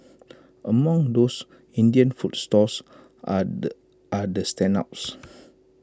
among those Indian food stalls are the are the standouts